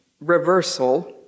reversal